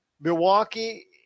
Milwaukee